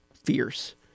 fierce